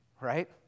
right